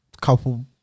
couple